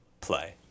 play